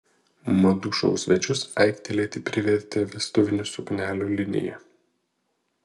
madų šou svečius aiktelėti privertė vestuvinių suknelių linija